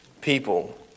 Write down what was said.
people